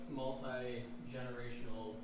multi-generational